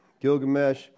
Gilgamesh